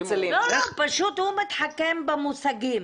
לא, לא, פשוט הוא מתחכם במושגים.